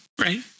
right